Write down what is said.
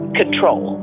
control